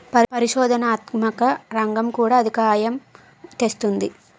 పరిశోధనాత్మక రంగం కూడా అధికాదాయం తెస్తుంది